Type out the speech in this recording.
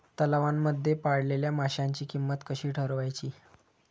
तलावांमध्ये पाळलेल्या माशांची किंमत कशी ठरवायची?